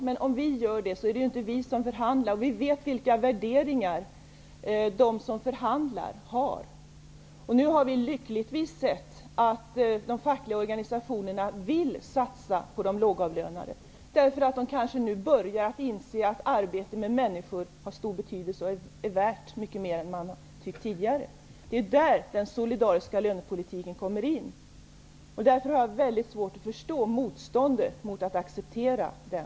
Men det är ju inte vi som förhandlar, och vi vet vilka värderingar de som förhandlar har. Nu har vi lyckligtvis kunnat se att de fackliga organisationerna vill satsa på de lågavlönade. De börjar nu kanske inse att arbete med människor har stor betydelse och är värt mycket mera än vad man har tyckt tidigare. Det är där den solidariska lönepolitiken kommer in. Därför har jag mycket svårt att förstå motståndet mot att acceptera den.